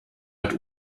hat